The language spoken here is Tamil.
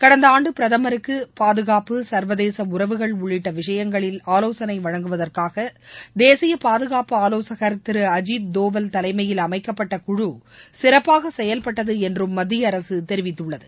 கடந்த ஆண்டு பிரதமருக்கு பாதுகாப்பு சர்வதேச உறவுகள் உள்ளிட்ட விஷயங்களில் ஆலோசனை வழங்குவதற்காக தேசிய பாதுகாப்பு ஆலோசகர் திரு அஜித் தோவல் தலைமையில் அமைக்கப்பட்ட குழு சிறப்பாக செயல்பட்டது என்றும் மத்திய அரசு தெரிவித்துள்ளது